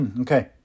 Okay